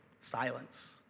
Silence